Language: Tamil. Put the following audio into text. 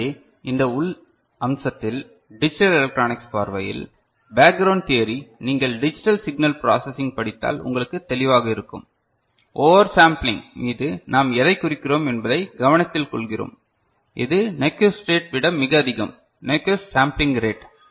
எனவே இந்த உள் அம்சத்தில் டிஜிட்டல் எலக்ட்ரானிக்ஸ் பார்வையில் பேக்ரவுண்ட் தியரி நீங்கள் டிஜிட்டல் சிக்னல் பிராசசிங் படித்தால் உங்களுக்கு தெளிவாக இருக்கும் ஓவர் சேம்பிலிங் மீது நாம் எதைக் குறிக்கிறோம் என்பதைக் கவனத்தில் கொள்கிறோம் இது நிக்விஸ்ட் ரேட் விட மிக அதிகம் நிக்விஸ்ட் சம்பிளிங் ரேட்